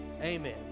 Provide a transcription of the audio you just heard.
Amen